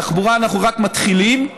בתחבורה אנחנו רק מתחילים.